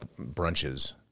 brunches